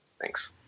Thanks